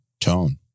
tone